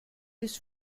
ist